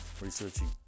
researching